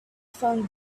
found